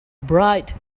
bright